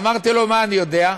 אמרתי לו: מה אני יודע?